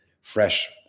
fresh